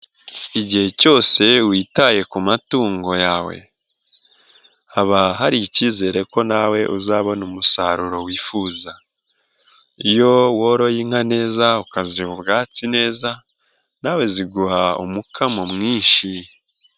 Igihe cyose witaye ku matungo yawe haba hari ikizere ko nawe uzabona umusaruro wifuza. Iyo woroye inka neza ukaziha ubwatsi neza nawe ziguha umukamo mwinshi.